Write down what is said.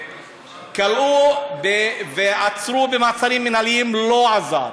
כלאו ועצרו במעצרים מינהליים, לא עזר.